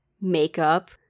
makeup